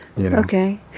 Okay